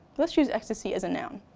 let's use ecstasy as a noun.